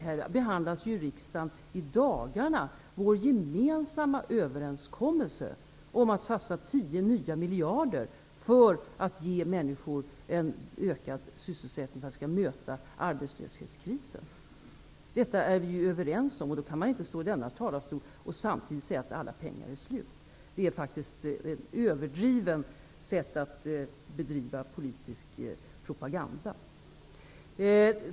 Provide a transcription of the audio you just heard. I dagarna behandlas i riksdagen vår gemensamma överenskommelse om att satsa 10 nya miljarder för att öka sysselsättningen och för att möta arbetslöshetskrisen. Detta är vi ju överens om. Då kan man inte stå i denna talarstol och säga att alla pengar är slut. Det är faktiskt ett överdrivet sätt att bedriva politisk propaganda på.